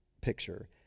picture